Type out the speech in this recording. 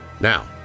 Now